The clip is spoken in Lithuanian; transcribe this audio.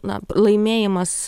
na laimėjimas